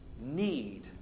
need